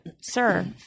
Sir